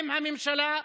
עם הממשלה,